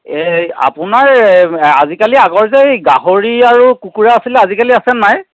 এই আপোনাৰ আজিকালি আগৰ যে এই গাহৰি আৰু কুকুৰা আছিলে আজিকালি আছেনে নাই